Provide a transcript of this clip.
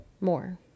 more